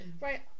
right